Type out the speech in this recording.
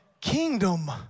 kingdom